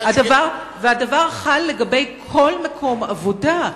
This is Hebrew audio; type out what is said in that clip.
הדבר חל לגבי כל מקום עבודה.